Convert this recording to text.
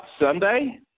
Sunday